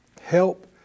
help